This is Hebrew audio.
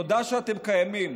תודה שאתם קיימים.